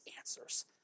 answers